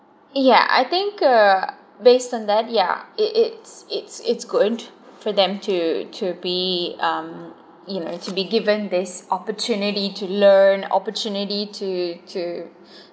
ya I think uh based on that yeah it it's it's it's good for them to to be um you know to be given this opportunity to learn opportunity to to